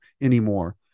anymore